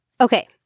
Okay